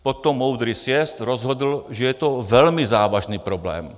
Potom moudrý sjezd rozhodl, že je to velmi závažný problém.